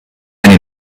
eine